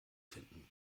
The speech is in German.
finden